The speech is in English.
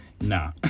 nah